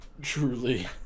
Truly